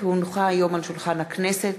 כי הונחה היום על שולחן הכנסת,